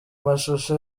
mashusho